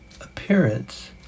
appearance